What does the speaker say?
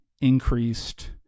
increased